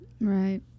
Right